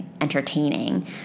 entertaining